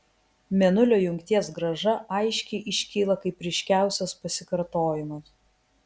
mėnulio jungties grąža aiškiai iškyla kaip ryškiausias pasikartojimas